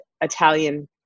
Italian